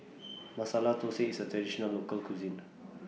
Masala Thosai IS A Traditional Local Cuisine